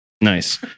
Nice